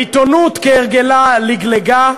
העיתונות, כהרגלה, לגלגה.